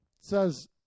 says